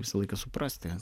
visą laiką suprasti